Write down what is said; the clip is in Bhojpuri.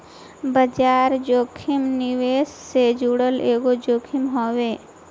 बाजार जोखिम निवेश से जुड़ल एगो जोखिम हवे